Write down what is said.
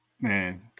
man